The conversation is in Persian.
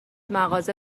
مغازه